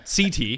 CT